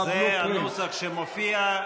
זה הנוסח שמופיע.